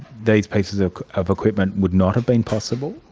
these pieces of of equipment would not have been possible?